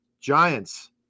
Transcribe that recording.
Giants